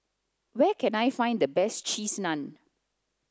where can I find the best cheese Naan